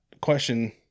question